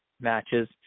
matches